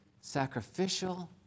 sacrificial